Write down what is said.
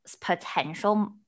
potential